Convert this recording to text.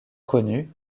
connue